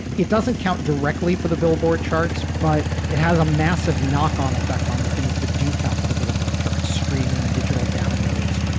it doesn't count directly for the billboard charts, but it has a massive knock on effect on the things that do count for the billboard charts, streaming digital downloads,